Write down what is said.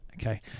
Okay